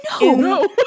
No